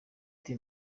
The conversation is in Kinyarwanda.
ati